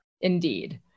Indeed